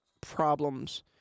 problems